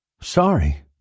Sorry